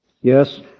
Yes